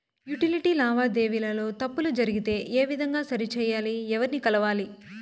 Utility లావాదేవీల లో తప్పులు జరిగితే ఏ విధంగా సరిచెయ్యాలి? ఎవర్ని కలవాలి?